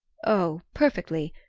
oh, perfectly.